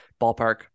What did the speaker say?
ballpark